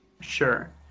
sure